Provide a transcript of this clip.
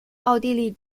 奥地利